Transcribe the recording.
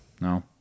No